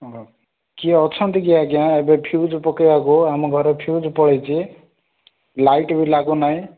ଓହୋ କିଏ ଅଛନ୍ତି କି ଆଜ୍ଞା ଏବେ ଫ୍ୟୁଜ୍ ପକେଇବାକୁ ଆମ ଘରେ ଫ୍ୟୁଜ୍ ପଳେଇଛି ଲାଇଟ୍ ବି ଲାଗୁନାହିଁ